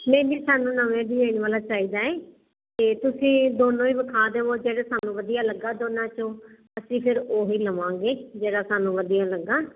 ਨਹੀਂ ਜੀ ਸਾਨੂੰ ਨਵੇਂ ਡਿਜਾਇਨ ਵਾਲਾ ਚਾਹੀਦਾ ਹ ਤੇ ਤੁਸੀਂ ਦੋਨੋਂ ਹੀ ਵਿਖਾ ਦਿਓ ਜਿਹੜੇ ਸਾਨੂੰ ਵਧੀਆ ਲੱਗਾ ਦੋਨਾਂ ਚੋਂ ਅਸੀਂ ਫਿਰ ਉਹੀ ਲਵਾਂਗੇ ਜਿਹੜਾ ਸਾਨੂੰ ਵਧੀਆ ਲੱਗਾ